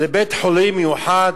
לבית-חולים מיוחד,